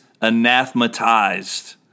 Anathematized